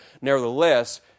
Nevertheless